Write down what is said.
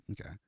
Okay